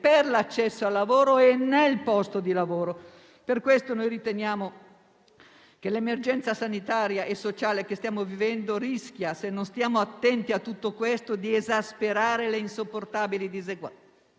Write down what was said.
per l'accesso al lavoro e nel posto di lavoro. Per tali ragioni riteniamo che l'emergenza sanitaria e sociale che stiamo vivendo rischia - se non stiamo attenti a tali aspetti - di esasperare le insopportabili diseguaglianze